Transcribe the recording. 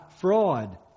fraud